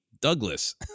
Douglas